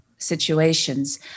situations